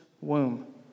womb